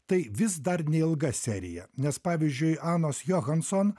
tai vis dar neilga serija nes pavyzdžiui anos johanson